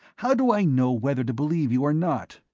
how do i know whether to believe you or not?